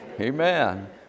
Amen